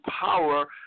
power